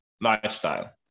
lifestyle